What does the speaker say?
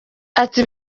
ati